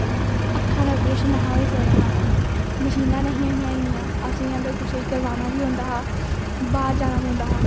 आक्खा दा अप्रेशन नेई होई सकदा हा मशीना नेईं हियां इन्नियां असेंगी अगर कुसेगी करवाना बी होंदा हा बाहर जाना पौंदा हा